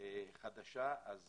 חדשה אז